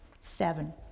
seven